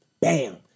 Bam